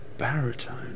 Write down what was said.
baritone